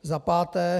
Za páté.